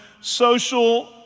social